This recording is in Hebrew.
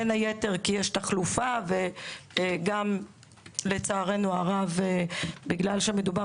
בין היתר כי יש תחלופה ולצערנו הרב בגלל שמדובר